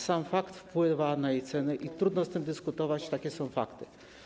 Sam fakt wpływa na cenę i trudno z tym dyskutować, takie są fakty.